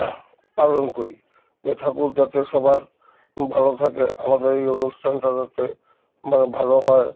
পালন করি যে ঠাকুর যাতে সবার ভালো থাকে আমাদের এই অনুষ্ঠানটা যাতে মানে ভালো হয়